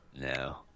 no